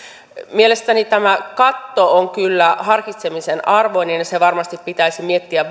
mielestäni tämä katto on kyllä harkitsemisen arvoinen ja se varmasti pitäisi miettiä